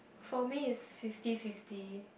for me it's fifty fifty